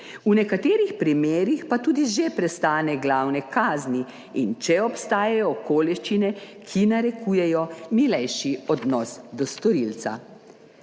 v nekaterih primerih pa tudi že prestane glavne kazni in če obstajajo okoliščine, ki narekujejo milejši odnos do storilca.